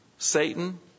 Satan